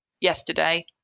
yesterday